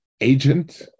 agent